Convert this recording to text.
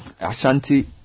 Ashanti